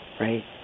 Right